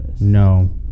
No